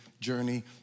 journey